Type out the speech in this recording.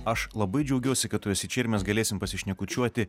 aš labai džiaugiuosi kad tu esi čia ir mes galėsim pasišnekučiuoti